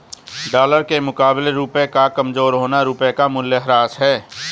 dollar के मुकाबले रुपए का कमज़ोर होना रुपए का मूल्यह्रास है